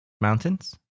mountains